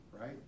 right